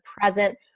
present